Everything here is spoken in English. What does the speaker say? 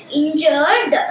injured